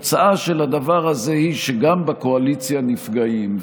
התוצאה של הדבר הזה היא שגם בקואליציה נפגעים.